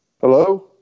Hello